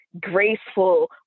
graceful